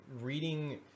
reading –